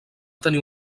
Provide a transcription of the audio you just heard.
tenir